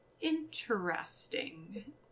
interesting